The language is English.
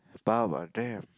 Barbra damn